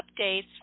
updates